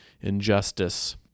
injustice